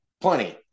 plenty